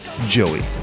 joey